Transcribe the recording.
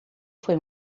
foi